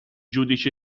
giudice